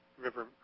river